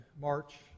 March